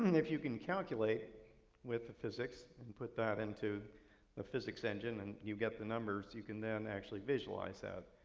and if you can calculate with the physics and put that into the physics engine and you get the numbers, you can then actually visualize that.